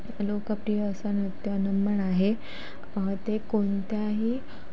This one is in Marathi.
लोकप्रिय असं नृत्य नमन आहे ते कोणत्याही